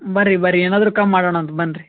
ಬರ್ರಿ ಬರ್ರಿ ಏನಾದರು ಕಮ್ಮಿ ಮಾಡೋಣ ಅಂತ ಬನ್ರಿ